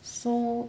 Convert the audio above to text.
so